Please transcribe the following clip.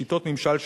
שיטות ממשל שונות.